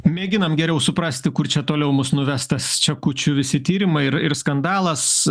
mėginam geriau suprasti kur čia toliau mus nuves tas čekučių visi tyrimai ir skandalas